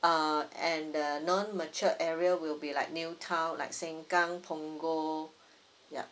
uh and the non matured area will be like new town like sengkang punggol yup